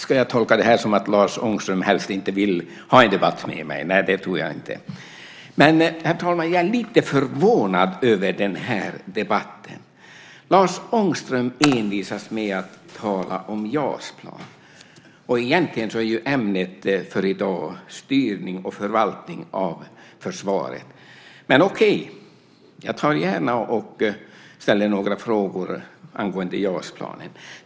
Herr talman! Jag är lite förvånad över den här debatten. Lars Ångström envisas med att tala om JAS-plan. Egentligen är ju ämnet för i dag styrning och förvaltning av försvaret. Men, okej, jag tar gärna och ställer några frågor angående JAS-planen.